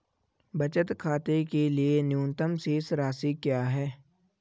बचत खाते के लिए न्यूनतम शेष राशि क्या है?